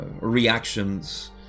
reactions